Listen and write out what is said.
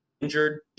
injured